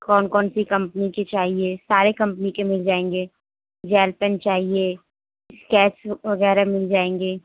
کون کون سی کمپنی کی چاہیے سارے کمپنی کے مل جائیں گے جیل پین چاہیے کیش وغیرہ مل جائیں گے